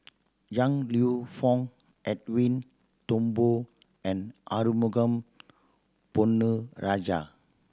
Yong Lew Foong Edwin Thumboo and Arumugam Ponnu Rajah